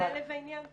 זה לב העניין.